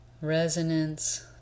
Resonance